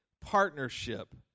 partnership